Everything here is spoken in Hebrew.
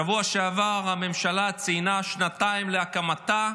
בשבוע שעבר הממשלה ציינה שנתיים להקמתה,